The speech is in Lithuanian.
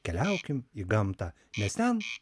keliaukim į gamtą nes ten